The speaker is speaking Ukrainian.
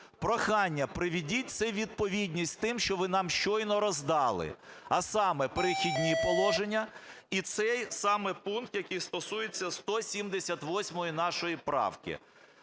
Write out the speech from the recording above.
Прохання, приведіть це у відповідність з тим, що ви нам щойно роздали. А саме: "Перехідні положення" і цей саме пункт, який стосується 178 нашої правки.